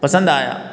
पसंद आया